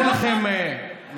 מה, הוא לא טס?